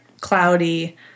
cloudy